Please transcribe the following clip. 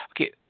Okay